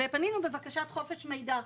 פנינו בבקשת חופש מידע,